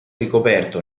ricoperto